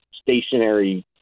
stationary